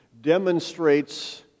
demonstrates